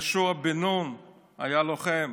יהושע בן נון היה לוחם,